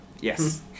Yes